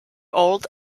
old